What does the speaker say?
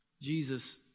Jesus